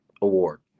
award